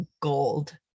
gold